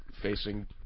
facing